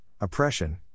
oppression